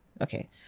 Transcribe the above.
okay